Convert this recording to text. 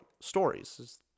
Stories